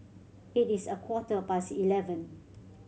it is a quarter past eleven